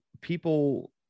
people